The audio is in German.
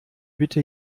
bitte